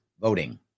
voting